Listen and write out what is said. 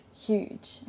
huge